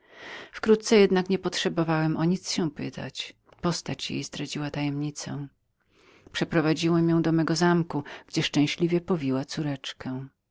wkrótce jednak niepotrzebowałem o nic się pytać postać jej zdradziła tajemnicę przeprowadziłem ją do mego zamku gdzie szczęśliwie powiła córeczkę